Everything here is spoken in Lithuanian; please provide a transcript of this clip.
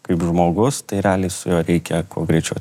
kaip žmogus tai realiai su juo reikia kuo greičiau